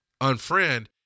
Unfriend